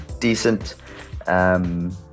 decent